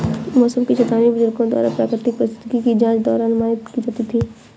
मौसम की चेतावनी बुजुर्गों द्वारा प्राकृतिक परिस्थिति की जांच द्वारा अनुमानित की जाती थी